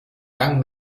young